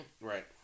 Right